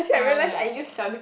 okay